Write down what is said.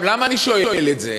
למה אני שואל את זה?